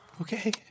Okay